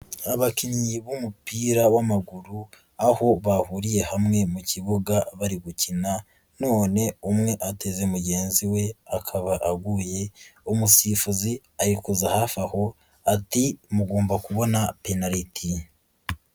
Abakinnyi b'umupira w'amaguru aho bahuriye hamwe mu kibuga bari gukina none, umwe ageze mugenzi we akaba aguye umusifuzi ari kuza hafi aho ati mugomba kubona penaliti.